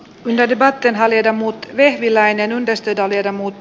venedebatten haljeta muut vehviläinen on pisteitä viedä muut